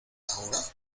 ahora